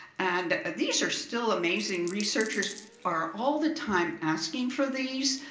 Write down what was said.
and these are still amazing. researchers are all the time asking for these.